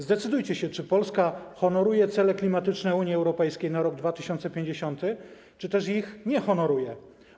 Zdecydujcie się, czy Polska honoruje cele klimatyczne Unii Europejskiej na rok 2050, czy też ich nie honoruje.